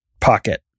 pocket